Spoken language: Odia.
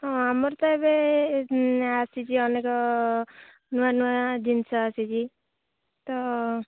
ହଁ ଆମର ତ ଏବେ ଆସିଛି ଅନେକ ନୂଆ ନୂଆ ଜିନିଷ ଆସିଛି ତ